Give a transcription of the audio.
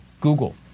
Google